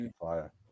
fire